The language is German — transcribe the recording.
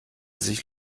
sich